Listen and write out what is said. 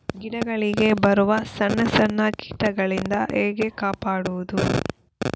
ಗಿಡಗಳಿಗೆ ಬರುವ ಸಣ್ಣ ಸಣ್ಣ ಕೀಟಗಳಿಂದ ಹೇಗೆ ಕಾಪಾಡುವುದು?